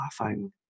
laughing